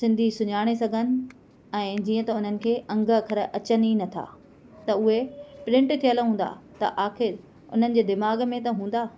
सिंधी सुञाणे ऐं जीअं त उन्हनि खे अंङ अख़र अचनि ई नथा त उहे प्रिंट थियल हूंदा त आख़िर उन्हनि जे दिमाग़ में त हूंदा